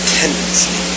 tendency